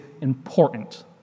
important